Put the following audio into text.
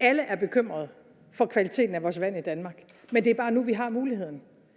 alle er bekymrede for kvaliteten af vores vand i Danmark, men det er bare nu, vi har muligheden.